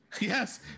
Yes